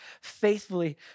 faithfully